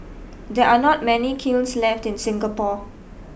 there are not many kilns left in Singapore